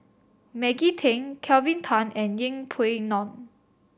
Maggie Teng Kelvin Tan and Yeng Pway Ngon